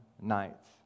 nights